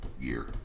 year